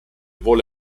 volo